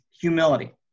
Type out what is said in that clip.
humility